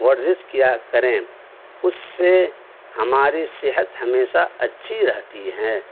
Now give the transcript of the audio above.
ورزش کیا کریں اس سے ہماری صحت ہمیشہ اچھی رہتی ہے